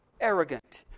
arrogant